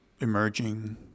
emerging